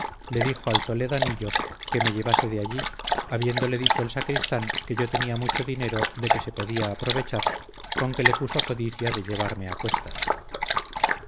le dijo al toledanillo que me llevase de allí habiendole dicho el sacristán que yo tenía mucho dinero de que se podía aprovechar con que le puso codicia de llevarme a cuestas